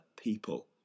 people